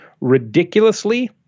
Ridiculously